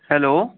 hello